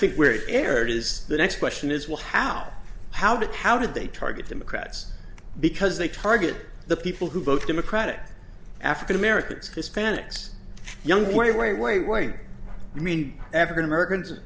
think where it aired is the next question is what how how did how did they target democrats because they target the people who vote democratic african americans hispanics young wait wait wait wait i mean african americans